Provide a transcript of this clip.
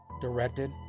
directed